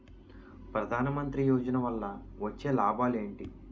ప్రధాన మంత్రి యోజన వల్ల వచ్చే లాభాలు ఎంటి?